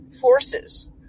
forces